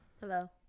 Hello